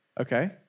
Okay